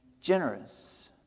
generous